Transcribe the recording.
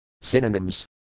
Synonyms